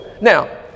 Now